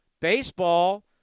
Baseball